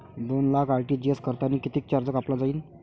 दोन लाख आर.टी.जी.एस करतांनी कितीक चार्ज कापला जाईन?